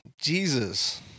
Jesus